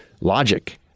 logic